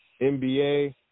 NBA